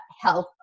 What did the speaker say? health